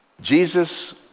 Jesus